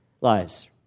lives